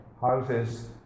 houses